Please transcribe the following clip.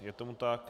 Je tomu tak.